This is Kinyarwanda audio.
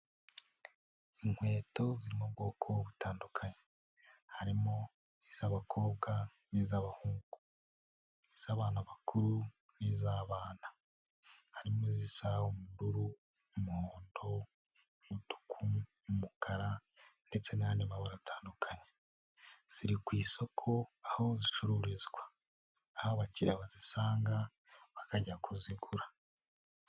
Inkweto ziri mu bwoko butandukanye; harimo iz'abakobwa n'iz'abahungu, iz'abantu bakuru n'iz'abana, harimo izisa ubururu, umuhondo, umutuku n'umukara ndetse n'andi mabara atandukanye, ziri ku isoko aho zicururizwa, aho abakiriya bazisanga bakajya kuzigura.